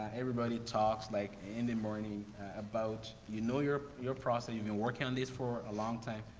everybody talks like in the morning about you know you're, you're process, you've been working on this for a long time.